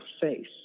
face